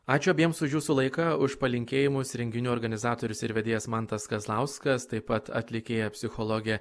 ačiū abiems už jūsų laiką už palinkėjimus renginių organizatorius ir vedėjas mantas kazlauskas taip pat atlikėja psichologė